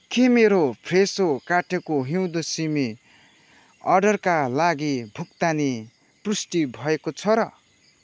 के मेरो फ्रेसो काटेको हिउँदे सिमी अर्डरका लागि भुक्तानी पुष्टि भएको छ र